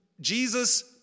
Jesus